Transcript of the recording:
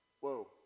whoa